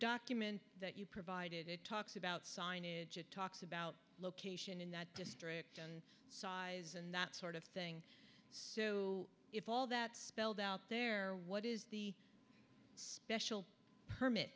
document that you provided it talks about signage it talks about location in that district and size and that sort of thing so it's all that spelled out there what is the special permit